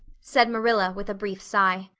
said marilla, with a brief sigh.